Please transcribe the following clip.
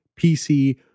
PC